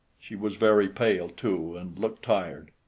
she was very pale too, and looked tired.